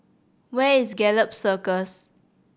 where is Gallop Circus